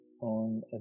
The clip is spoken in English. on